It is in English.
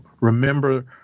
remember